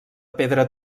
pedra